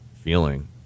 feeling